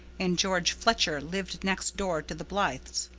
and george fletcher lived next door to the blythes.